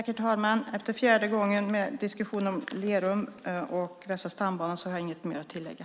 Herr talman! Efter fjärde gången med en diskussion om Lerum och Västra stambanan har jag inget mer att tillägga.